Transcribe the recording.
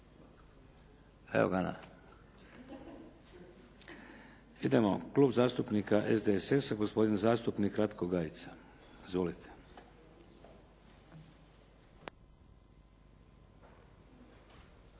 ne čuje./… Idemo, Klub zastupnika SDSS-a gospodin zastupnik Ratko Gajica. Izvolite.